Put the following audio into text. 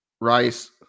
Rice